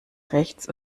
rechts